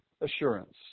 assurance